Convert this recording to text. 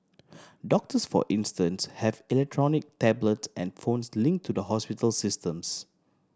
doctors for instance have electronic tablets and phones linked to the hospital systems